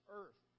earth